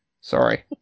Sorry